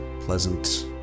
pleasant